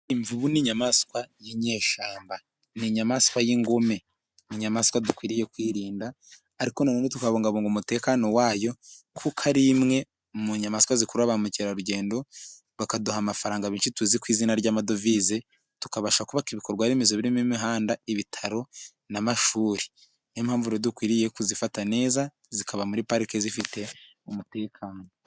Imvubu ni inyamaswa y'inyeshyamba ni inyamaswa y'ingome, inyamaswa dukwiriye kwirinda ariko nanone tukabungabunga umutekano wayo kuko ari imwe mu nyamaswa zikurura ba mukerarugendo bakaduha amafaranga binshi tuzi ku izina ry'amadovize tukabasha kubaka ibikorwa remezo birimo imihanda, ibitaro, n'amashuri. Niyo mpamvu rero dukwiriye kuzifata neza zikaba muri pariki zifite umutekano.